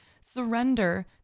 Surrender